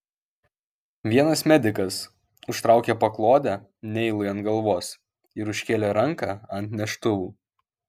vienas medikas užtraukė paklodę neilui ant galvos ir užkėlė ranką ant neštuvų